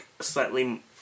slightly